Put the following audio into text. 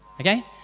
Okay